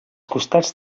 costats